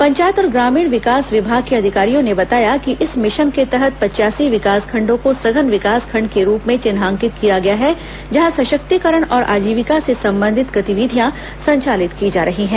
पंचायत और ग्रामीण विकास विभाग के अधिकारियों ने बताया कि इस मिशन के तहत पचयासी विकासखंडों को सघन विकासखंड के रूप में चिन्हांकित किया गया है जहां सशक्तिकरण और आजीविका से संबंधित गतिविधियां संचालित की जा रही हैं